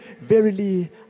verily